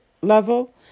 level